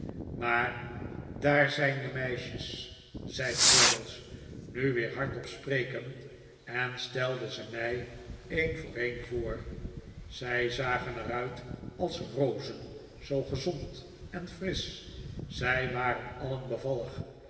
maar daar zijn de meisjes zei traddles nu weer hardop sprekend en stelde ze mij een voor een voor zij zagen er uit als rozen zoo gezond en frisch zij waren alien bevallig